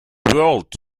world